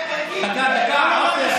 אתמול?